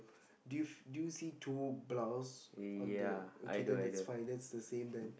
do you f~ do you see two blouse on the okay then that's fine that's the same then